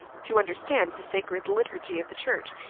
to understand the sacred liturgy of the church,